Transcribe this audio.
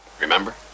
Remember